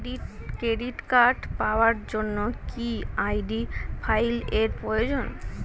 Credit card পাওয়ার জন্য কি আই.ডি ফাইল এর প্রয়োজন?